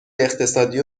اقتصادی